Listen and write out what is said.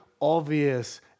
obvious